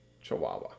chihuahua